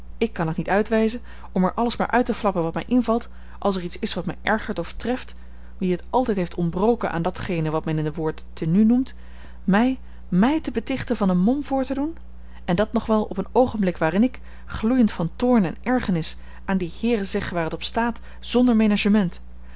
ik kan het niet uitwijzen om er alles maar uit te flappen wat mij invalt als er iets is wat mij ergert of treft wie het altijd heeft ontbroken aan datgene wat men in de wereld tenue noemt mij mij te betichten van een mom voor te doen en dat nog wel op een oogenblik waarin ik gloeiend van toorn en ergernis aan die heeren zeg waar het op staat zonder menagement